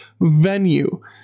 venue